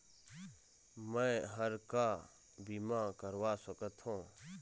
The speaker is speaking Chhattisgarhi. मैं हर का बीमा करवा सकत हो?